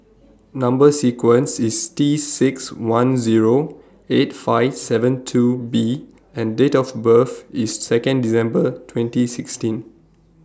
Number sequence IS T six one Zero eight five seven two B and Date of birth IS Second December twenty sixteen